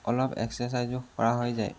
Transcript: অলপ এক্সেৰছাইজো কৰা হৈ যায়